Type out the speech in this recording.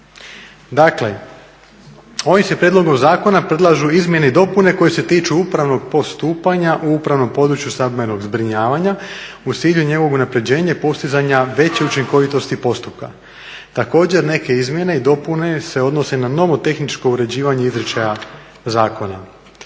Dakle, ovim se prijedlogom zakona predlažu izmjene i dopune koje se tiču upravnog postupanja u upravnom području stambenog zbrinjavanja u cilju njegovog unapređenja i postizanja veće učinkovitosti postupka. Također, neke izmjene i dopune se odnose na nomotehničko uređivanje izričaja zakona.